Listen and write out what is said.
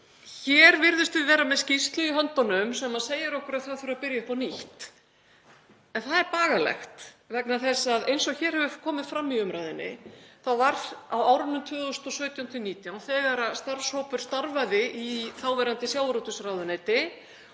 Hér virðumst við vera með skýrslu í höndunum sem segir okkur að það þurfi að byrja upp á nýtt. En það er bagalegt vegna þess að eins og hér hefur komið fram í umræðunni þá var á árunum 2017–2019, þegar starfshópur starfaði í þáverandi sjávarútvegsráðuneyti